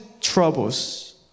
troubles